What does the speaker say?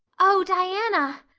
oh, diana,